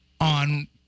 on